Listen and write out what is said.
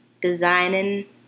designing